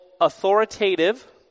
authoritative